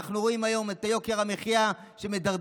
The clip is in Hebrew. היום אנחנו רואים את יוקר המחיה שמידרדר,